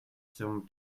zum